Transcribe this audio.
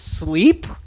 sleep